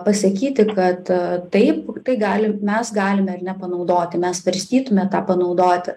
pasakyti kad taip tai gali mes galime ar ne panaudoti mes svarstytume tą panaudoti